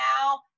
now